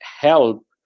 help